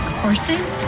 horses